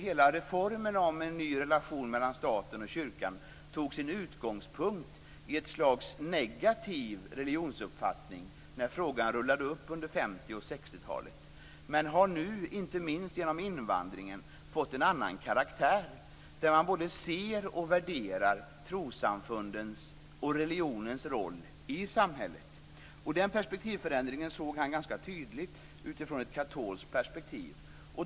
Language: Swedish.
Hela reformen om en ny relation mellan staten och kyrkan tog sin utgångspunkt i ett slags negativ religionsuppfattning när frågan rullade upp under 50 och 60-talen. Nu har den, inte minst genom invandringen, fått en annan karaktär där man både ser och värderar trossamfundens och religionens roll i samhället. Den perspektivförändringen såg han ganska tydligt utifrån ett katolskt perspektiv.